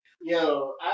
Yo